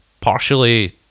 partially